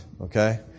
Okay